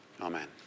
Amen